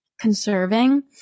conserving